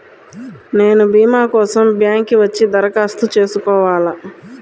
నేను భీమా కోసం బ్యాంక్కి వచ్చి దరఖాస్తు చేసుకోవాలా?